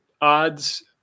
odds